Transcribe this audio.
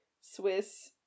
Swiss